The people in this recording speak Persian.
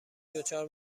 دچار